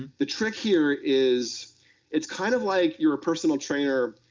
the trick here is it's kind of like you're a personal trainer,